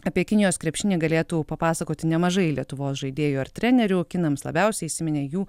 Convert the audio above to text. apie kinijos krepšinį galėtų papasakoti nemažai lietuvos žaidėjų ar trenerių kinams labiausiai įsiminė jų